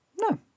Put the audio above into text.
no